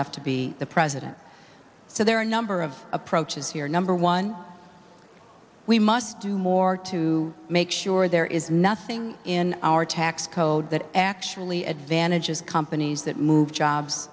fortunate to be the president so there are a number of approaches here number one we must do more to make sure there is nothing in our tax code that actually advantages companies that move jobs